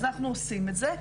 אז אנחנו עושים את זה,